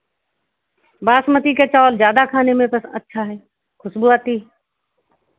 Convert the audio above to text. बासमती के चावल ज़्यादा खाने में अच्छा है खुशबू आती है